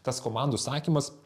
tas komandų sakymas